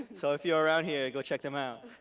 so if you are around here, go check them out.